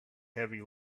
heavy